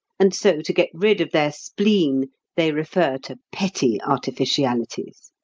and so to get rid of their spleen they refer to petty artificialities.